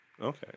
Okay